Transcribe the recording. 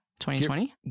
2020